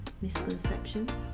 misconceptions